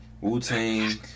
Wu-Tang